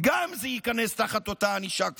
גם זה ייכנס תחת אותה ענישה כפולה.